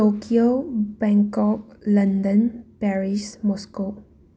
Tokyo Bangkok London Paris Moscow